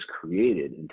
created